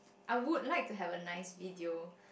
I would like to have a nice video